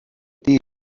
tir